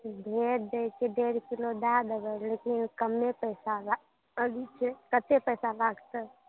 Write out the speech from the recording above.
भेज दै छी डेढ़ किलो दय देबै लेकिन कम पैसा अभी छै कते पैसा लागतै